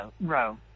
row